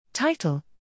Title